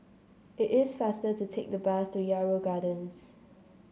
it is faster to take the bus to Yarrow Gardens